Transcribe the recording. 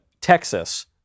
Texas